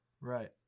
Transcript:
Right